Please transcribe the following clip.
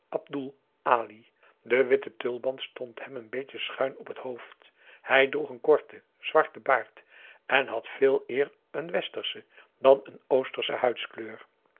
abdoel ali de witte tulband stond hem een beetje schuin op het hoofd hij droeg een korten zwarten baard en had veeleer een westersche dan een oostersche huidskleur